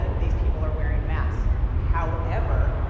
ah these people are wearing masks however